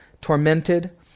tormented